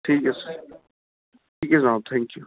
ਠੀਕ ਐ ਸਰ ਠੀਕ ਐ ਥੈਂਕਿਊ